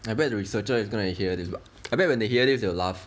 I bet the researcher is gonna hear this but I bet when they hear this they will laugh